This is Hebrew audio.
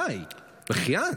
די, בחייאת.